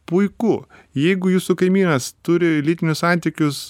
puiku jeigu jūsų kaimynas turi lytinius santykius